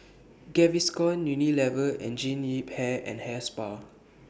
Gaviscon Unilever and Jean Yip Hair and Hair Spa